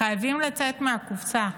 חייבים לצאת מהקופסה.